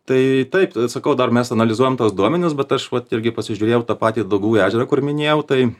tai taip tai vat sakau dar mes analizuojam tuos duomenis bet aš vat irgi pasižiūrėjau tą patį daugų ežerą kur minėjau tai